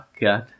God